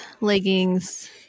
leggings